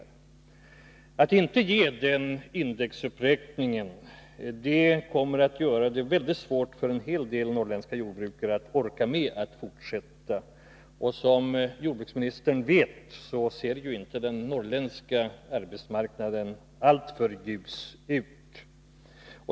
Om man inte ger denna indexuppräkning kommer det att bli mycket svårt för en hel del norrländska jordbrukare att orka med att fortsätta. Och som jordbruksministern vet, ser ju den norrländska arbetsmarknaden inte alltför ljus ut.